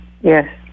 Yes